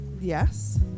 yes